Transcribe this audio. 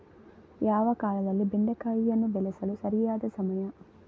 ಯಾವ ಕಾಲದಲ್ಲಿ ಬೆಂಡೆಕಾಯಿಯನ್ನು ಬೆಳೆಸಲು ಸರಿಯಾದ ಸಮಯ?